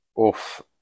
Oof